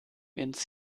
ins